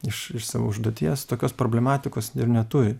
iš iš savo užduoties tokios problematikos ir neturi